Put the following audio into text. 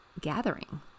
gathering